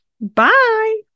Bye